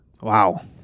Wow